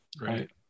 Right